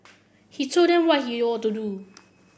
he told them what they ought to do